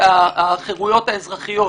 מדד החירויות האזרחיות.